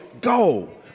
go